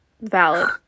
valid